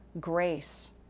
grace